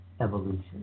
evolution